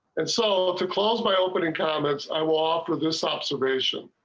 and so to close my opening comments i will offer this observation.